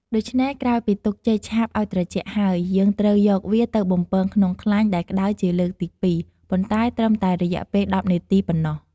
ដូច្នេះ ក្រោយពីទុកចេកឆាបឲ្យត្រជាក់ហើយ យើងត្រូវយកវាទៅបំពងក្នុងខ្លាញ់ដែលក្ដៅជាលើកទីពីរ ប៉ុន្តែត្រឹមតែរយៈពេល១០នាទីប៉ុណ្ណោះ។